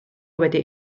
wedi